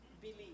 Believe